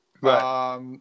Right